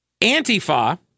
Antifa